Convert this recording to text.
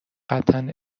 قطعا